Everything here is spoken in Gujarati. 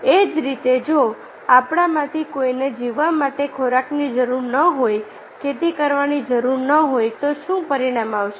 એ જ રીતે જો આપણામાંથી કોઈને જીવવા માટે ખોરાકની જરૂર ન હોય ખેતી કરવાની જરૂર ન હોય તો શું પરિણામ આવશે